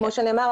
כמו שנאמר,